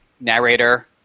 narrator